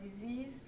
disease